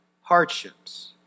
hardships